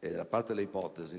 Tralascio le ipotesi.